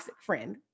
friend